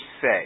say